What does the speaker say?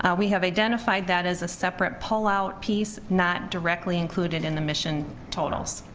ah we have identified that as a separate pull out piece, not directly included in the mission totals